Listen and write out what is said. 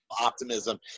optimism